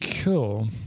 Cool